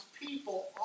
people